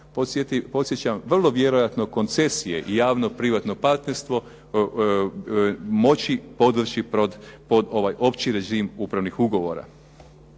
podsjećam vrlo vjerojatno koncesije i javno privatno partnerstvo moći podvrći pod ovaj opći režim upravnih ugovora.